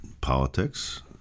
politics